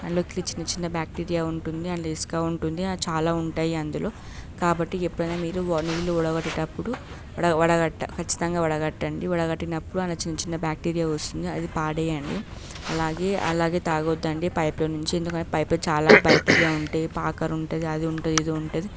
అందులోకి చిన్న చిన్న బ్యాక్టీరియా ఉంటుంది అందులో ఇసుక ఉంటుంది అలా చాలా ఉంటాయి అందులో కాబట్టి ఎప్పుడైనా మీరు నీళ్ళు వడగట్టేటప్పుడు వడగట్ట ఖచ్చితంగా వడగట్టండి వడగట్టినప్పుడు అందులో చిన్న చిన్న బ్యాక్టీరియా వస్తుంది అది పాడేయండి అలాగే అలాగే తాగొద్దండి పైప్లో నుంచి ఎందుకంటే పైప్లో చాలా బ్యాక్టీరియా ఉంటే పాకరు ఉంటుంది అది ఉంటుంది ఇది ఉంటుంది